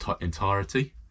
entirety